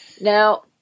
now